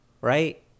right